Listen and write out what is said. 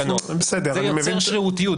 זה יוצר שרירותיות,